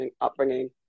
upbringing